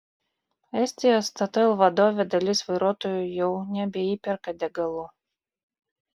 estijos statoil vadovė dalis vairuotojų jau nebeįperka degalų